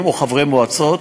מאוימים, או חברי מועצות,